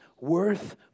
worth